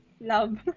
Love